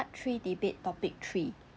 part three debate topic three